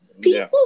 people